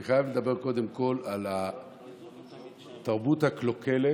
אני חייב לדבר קודם כול על התרבות הקלוקלת